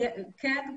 כן.